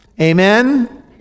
amen